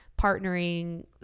partnering